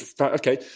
okay